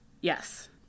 Yes